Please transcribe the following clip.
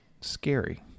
scary